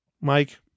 Mike